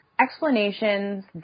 explanations